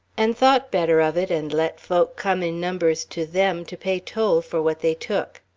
and thought better of it, and let folk come in numbers to them to pay toll for what they took.